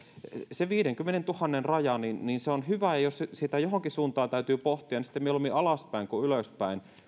se viisikymmentätuhatta raja on hyvä ja jos sitä johonkin suuntaan täytyy pohtia niin sitten mieluummin alaspäin kuin ylöspäin